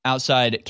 Outside